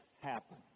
happen